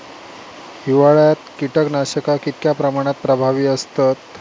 हिवाळ्यात कीटकनाशका कीतक्या प्रमाणात प्रभावी असतत?